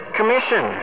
Commission